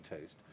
taste